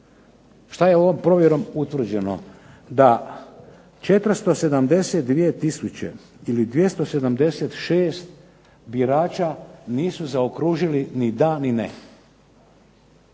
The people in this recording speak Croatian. Što je ovom provjerom utvrđeno, da 472 tisuće, ili 276 birača nisu zaokružili ni da ni ne.